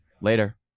Later